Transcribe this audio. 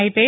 అయితే